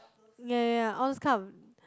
ya ya ya all those kind of